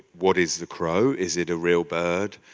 what is the crow? is it a real bird?